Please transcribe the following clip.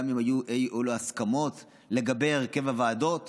גם אם היו אי אלו הסכמות לגבי הרכב הוועדות